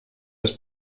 das